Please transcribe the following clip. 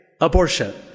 abortion